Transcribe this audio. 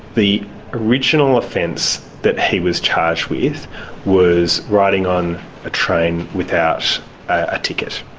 the original offence that he was charged with was riding on a train without a ticket.